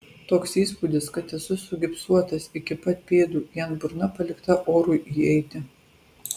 toks įspūdis kad esu sugipsuotas iki pat pėdų vien burna palikta orui įeiti